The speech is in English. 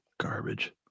Garbage